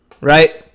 right